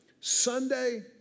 Sunday